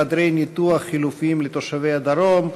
חדרי ניתוח חלופיים לתושבי הדרום,